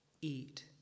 Eat